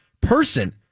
person